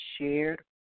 shared